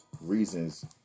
reasons